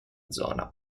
zona